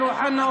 אמיר אוחנה,